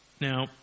Now